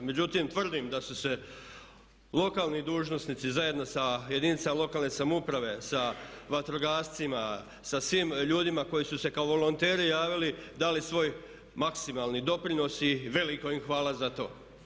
Međutim, tvrdim da su lokalni dužnosnici zajedno sa jedinicama lokalne samouprave, sa vatrogascima, sa svim ljudima koji su se kao volonteri javili, dali svoj maksimalni doprinos i veliko im hvala za to.